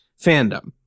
fandom